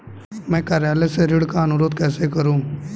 मैं कार्यालय से ऋण का अनुरोध कैसे करूँ?